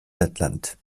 lettland